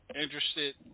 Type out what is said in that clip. interested